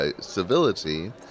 civility